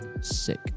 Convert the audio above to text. Sick